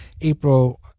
April